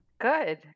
Good